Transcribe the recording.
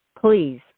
Please